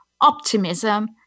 optimism